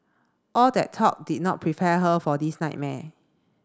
all that talk did not prepare her for this nightmare